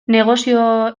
negoziazioek